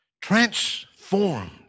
transformed